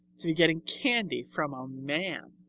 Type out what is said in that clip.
to be getting candy from a man!